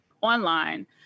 online